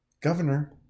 Governor